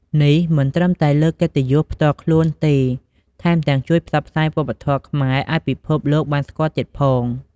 នេះមិនត្រឹមតែលើកកិត្តិយសផ្ទាល់ខ្លួនទេ ថែមទាំងជួយផ្សព្វផ្សាយវប្បធម៌ខ្មែរឱ្យពិភពលោកបានស្គាល់ទៀតផង។